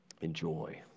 enjoy